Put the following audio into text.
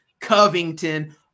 Covington